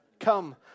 Come